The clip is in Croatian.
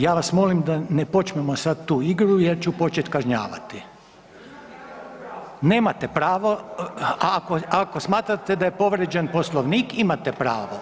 Ja vas molim da ne počnemo sad tu igru jer ću početi kažnjavati. ... [[Upadica se ne čuje.]] nemate pravo, ako smatrate da je povrijeđen Poslovnik, imate pravo.